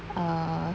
ah